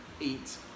eat